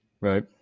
Right